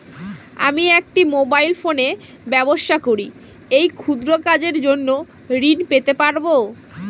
আমি একটি মোবাইল ফোনে ব্যবসা করি এই ক্ষুদ্র কাজের জন্য ঋণ পেতে পারব?